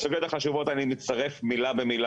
בסוגיות החשובות אני מצטרף מילה במילה